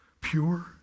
pure